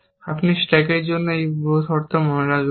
আপনি স্ট্যাকের জন্য এই পূর্বশর্ত মনে রাখবেন